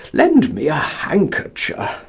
lend me a handkercher.